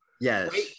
yes